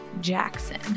Jackson